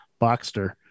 Boxster